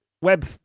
web